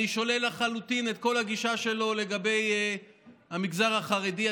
אני שולל לחלוטין את כל הגישה שלו לגבי המגזר החרדי.